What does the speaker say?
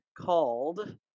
called